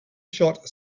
shot